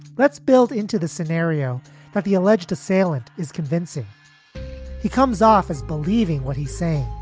let's build into the scenario that the alleged assailant is convincing he comes off as believing what he's saying.